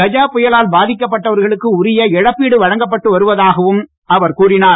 கஜா புயலால் பாதிக்கப்பட்டவர்களுக்கு உரிய இழப்பீடு வழங்கப்பட்டு வருவதாகவும் அவர் கூறினார்